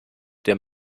der